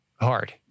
hard